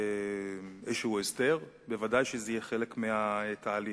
אתם לאיזשהו הסדר, וודאי שזה יהיה חלק מהתהליך.